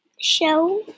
show